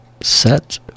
Set